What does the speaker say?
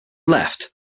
left